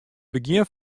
begjin